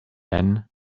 then